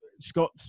Scott